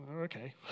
okay